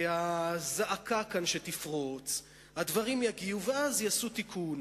והזעקה שתפרוץ כאן, הדברים יגיעו, ואז יעשו תיקון.